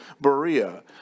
Berea